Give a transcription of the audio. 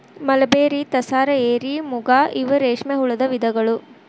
mulberry, tasar, eri, muga ಇವ ರೇಶ್ಮೆ ಹುಳದ ವಿಧಗಳು